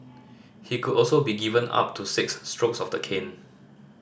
he could also be given up to six strokes of the cane